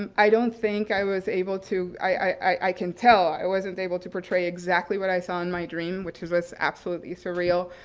um i don't think i was able to i can tell i wasn't able to portray exactly what i saw in my dream, which was absolutely surreal,